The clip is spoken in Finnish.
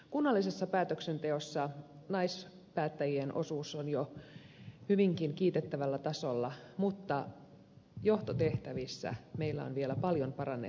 kunnallisessa päätöksenteossa naispäättäjien osuus on jo hyvinkin kiitettävällä tasolla mutta johtotehtävissä meillä on vielä paljon parannettavaa